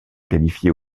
qualifier